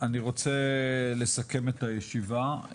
אני רוצה לסכם את הישיבה,